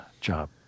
job